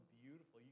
beautiful